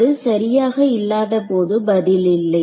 அது சரியாக இல்லாத போது பதில் இல்லை